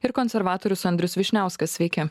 ir konservatorius andrius vyšniauskas sveiki